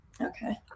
Okay